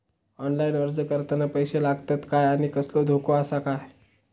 Online अर्ज करताना पैशे लागतत काय आनी कसलो धोको आसा काय?